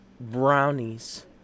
brownies